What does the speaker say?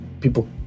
people